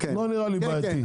לא נראה לי בעייתי.